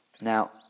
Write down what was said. now